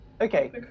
Okay